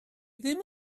ddim